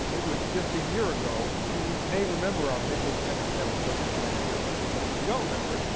it was just a year ago, you may remember our midland, texas episode from last year, but if you don't remember it,